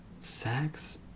sex